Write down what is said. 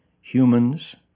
humans